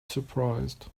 surprised